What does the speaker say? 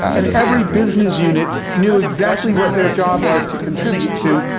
and every business unit knew exactly what their job was to contribute to,